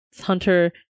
hunter